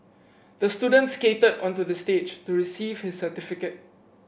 the student skated onto the stage to receive his certificate